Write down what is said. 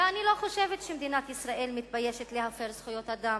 ואני לא חושבת שמדינת ישראל מתביישת להפר זכויות אדם,